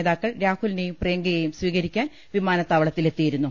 നേതാക്കൾ രാഹുലിനെയും പ്രിയങ്കയെയും സ്വീകരിക്കാൻ വിമാനത്താവളത്തിലെത്തിയിരുന്നു